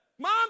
Mom